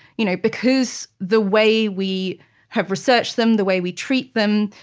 you know because the way we have researched them, the way we treat them,